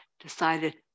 decided